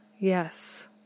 Yes